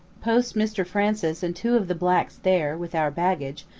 post mr francis and two of the blacks there, with our baggage,